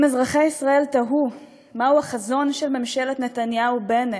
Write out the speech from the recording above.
אם אזרחי ישראל תהו מהו החזון של ממשלת נתניהו-בנט,